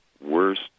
worst